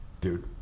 dude